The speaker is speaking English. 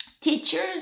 teachers